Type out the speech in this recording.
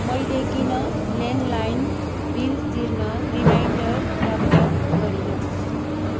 मैले किन landline bill तिर्न रिमाइन्डर प्राप्त गरिनँ